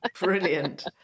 Brilliant